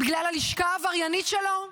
בגלל הלשכה העבריינית שלו?